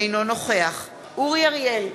אינו נוכח אורי אריאל,